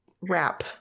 wrap